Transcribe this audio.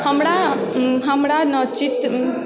हमरा हमरा नऽ चित्र